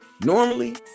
Normally